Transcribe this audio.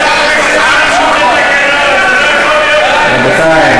לא יכול להיות דבר כזה.